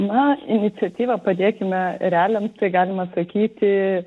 na iniciatyva padėkime ereliams tai galima sakyti